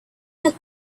had